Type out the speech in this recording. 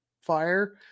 fire